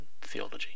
theology